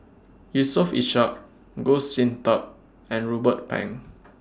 Yusof Ishak Goh Sin Tub and Ruben Pang